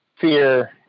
fear